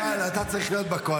בכלל, אתה צריך להיות בקואליציה.